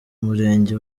murenge